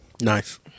Nice